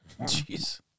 Jeez